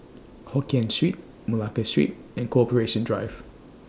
Hokien Street Malacca Street and Corporation Drive